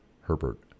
Herbert